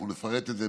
אנחנו נפרט את זה,